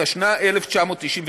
התשנ"ח 1998,